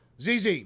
ZZ